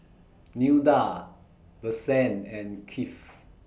Nilda Vicente and Keith